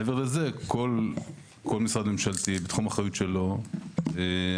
מעבר לזה כל משרד ממשלתי בתחום האחריות שלו אחראי